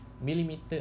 millimeter